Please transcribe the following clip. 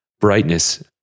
brightness